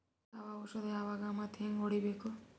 ಯಾವ ಔಷದ ಯಾವಾಗ ಮತ್ ಹ್ಯಾಂಗ್ ಹೊಡಿಬೇಕು?